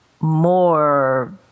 more